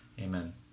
Amen